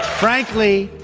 frankly,